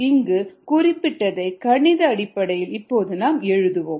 இங்கு குறிப்பிட்டதை கணித அடிப்படையில் இப்போது நாம் எழுதுவோம்